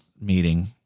meeting